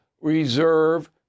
reserve